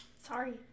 Sorry